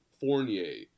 Fournier